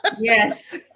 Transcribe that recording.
yes